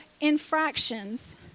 infractions